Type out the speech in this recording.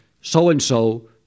so-and-so